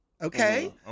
Okay